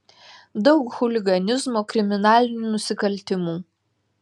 daug chuliganizmo kriminalinių nusikaltimų